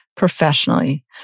Professionally